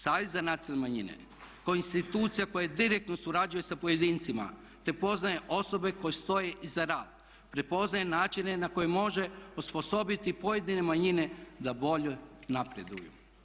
Savjet za nacionalne manjine kao institucija koja direktno surađuje sa pojedincima, te poznaje osobe koje stoje za rad, prepoznaje načine na koje može osposobiti pojedine manjine da bolje napreduju.